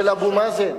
של אבו מאזן,